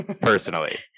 personally